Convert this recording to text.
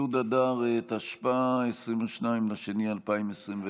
י' באדר התשפ"א (22 בפברואר 2021)